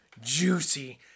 juicy